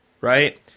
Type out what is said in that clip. right